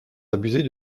abuser